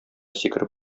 сикереп